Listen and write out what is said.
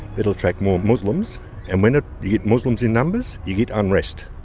it will attract more muslims and when ah you get muslims in numbers you get unrest.